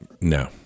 No